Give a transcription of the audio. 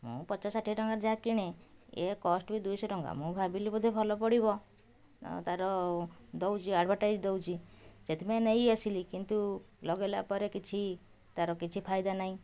ମୁଁ ପଚାଶ ଷାଠିଏ ଟଙ୍କାରେ ଯାହା କିଣେ ଏ କଷ୍ଟ୍ ବି ଦୁଇଶହ ଟଙ୍କା ମୁଁ ଭାବିଲି ବୋଧେ ଭଲ ପଡ଼ିବ ତା'ର ଦେଉଛି ଆଡ଼ଭର୍ଟାଇଜ୍ ଦେଉଛି ସେଥିପାଇଁ ନେଇଆସିଲି କିନ୍ତୁ ଲଗେଇଲା ପରେ କିଛି ତା'ର କିଛି ଫାଇଦା ନାହିଁ